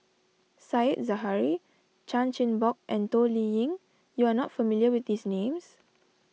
Said Zahari Chan Chin Bock and Toh Liying you are not familiar with these names